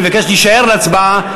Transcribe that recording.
אני מבקש להישאר להצבעה,